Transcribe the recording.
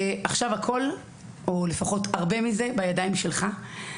ועכשיו, הכול או לפחות הרבה מזה בידיים שלך.